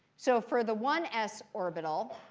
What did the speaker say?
so for the one s orbital,